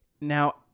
Now